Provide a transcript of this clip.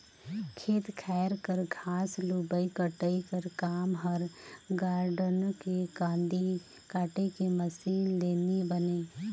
खेत खाएर कर घांस लुबई कटई कर काम हर गारडन के कांदी काटे के मसीन ले नी बने